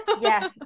Yes